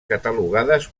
catalogades